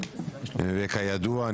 וכידוע,